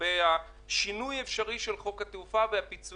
לגבי שינוי אפשרי של חוק התעופה והפיצויים,